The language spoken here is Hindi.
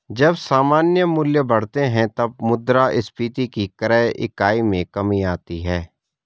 जब सामान्य मूल्य बढ़ते हैं, तब मुद्रास्फीति की क्रय इकाई में कमी आती है